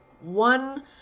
one